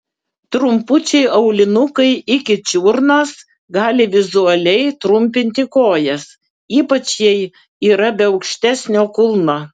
trumpučiai aulinukai iki čiurnos gali vizualiai trumpinti kojas ypač jei yra be aukštesnio kulno